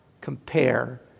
compare